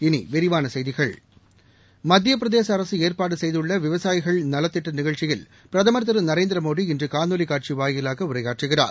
இனி விரிவான செய்திகள் மத்திய பிரதேச அரசு ஏற்பாடு செய்துள்ள விவசாயிகள் நலத்திட்ட நிகழ்ச்சியில் பிரதமா் திரு நரேந்திரமோடி இன்று காணொலி காட்சி வாயிலாக உரையாற்றுகிறார்